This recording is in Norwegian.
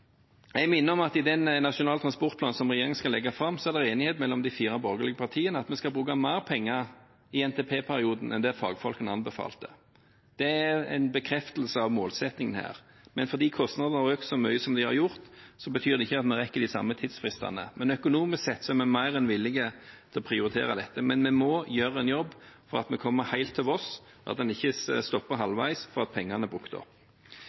Jeg minner om at i den nasjonale transportplanen som regjeringen skal legge fram, er det enighet mellom de fire borgerlige partiene om at vi skal bruke mer penger i NTP-perioden enn det fagfolkene anbefalte. Det er en bekreftelse av målsettingen, men fordi kostnadene har økt så mye som de har gjort, betyr det ikke at vi rekker de samme tidsfristene. Økonomisk sett er vi mer enn villige til å prioritere dette, men vi må gjøre en jobb for å komme helt til Voss, og at en ikke stopper halvveis fordi pengene er brukt opp.